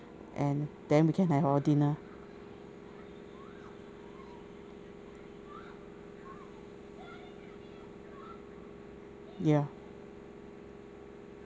and then we can have our dinner ya